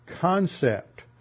concept